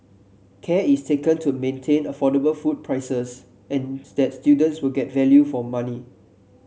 care is taken to maintain affordable food prices and that students will get value for money